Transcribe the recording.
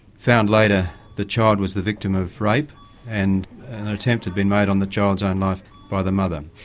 found later the child was the victim of rape and an attempt had been made on the child's own life by the mother.